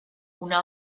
una